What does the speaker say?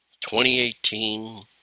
2018